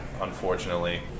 Unfortunately